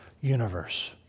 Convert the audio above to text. universe